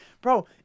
Bro